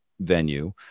Venue